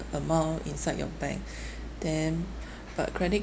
amount inside your bank then but credit